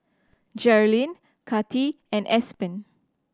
Jerilynn Kati and Aspen